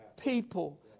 people